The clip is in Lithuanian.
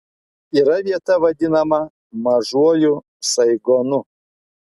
yra vieta vadinama mažuoju saigonu